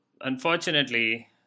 unfortunately